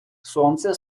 сонце